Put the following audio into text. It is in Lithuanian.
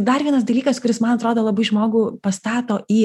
dar vienas dalykas kuris man atrodo labai žmogų pastato į